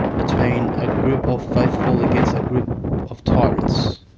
between a group of faithful against a group of tyrants,